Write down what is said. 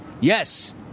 Yes